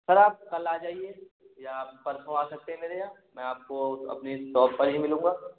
sir आप कल आ जाइए या आप परसों आ सकते हैं मेरे यहाँ मैं आपको अपनी सॉप पर ही मिलूँगा